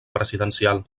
presidencial